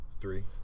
Three